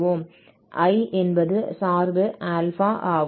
I என்பது சார்பு α ஆகும்